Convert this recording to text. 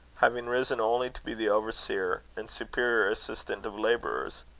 having risen only to be the overseer and superior assistant of labourers.